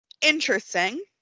Interesting